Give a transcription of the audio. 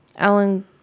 Alan